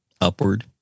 upward